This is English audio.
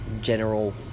general